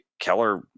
Keller